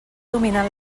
dominant